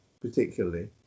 particularly